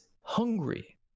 hungry